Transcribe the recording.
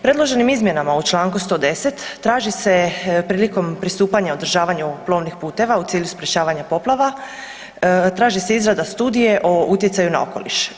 Predloženim izmjenama u Članku 110. traži se prilikom pristupanja održavanju plovnih puteva u cilju sprječavanja poplava, traži se izrada studije o utjecaju na okoliš.